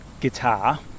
guitar